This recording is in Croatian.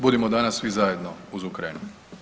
Budimo danas svi zajedno uz Ukrajinu.